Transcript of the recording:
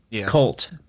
cult